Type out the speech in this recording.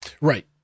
Right